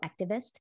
activist